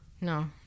No